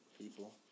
People